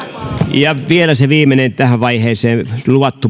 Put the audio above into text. ja vielä se viimeinen tähän vaiheeseen luvattu